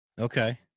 Okay